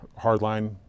hardline